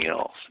else